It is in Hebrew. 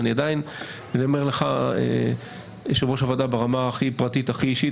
אני אומר לך יושב ראש הוועדה ברמה הכי פרטית ואישית